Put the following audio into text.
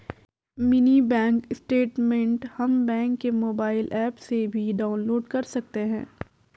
mini bank statement हम bank के mobile app से भी डाउनलोड कर सकते है